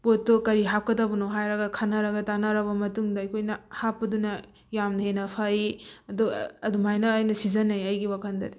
ꯄꯣꯠꯇꯣ ꯀꯔꯤ ꯍꯥꯞꯀꯗꯕꯅꯣ ꯍꯥꯏꯔꯒ ꯈꯟꯅꯔꯒ ꯇꯥꯅꯔꯕ ꯃꯇꯨꯡꯗ ꯑꯩꯈꯣꯏꯅ ꯍꯥꯞꯄꯗꯨꯅ ꯌꯥꯝꯅ ꯍꯦꯟꯅ ꯐꯩ ꯑꯗꯨꯃꯥꯏꯅ ꯑꯣꯏꯅ ꯁꯤꯖꯤꯟꯅꯩ ꯑꯩꯒꯤ ꯋꯥꯈꯜꯗꯗꯤ